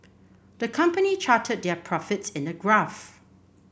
the company charted their profits in a graph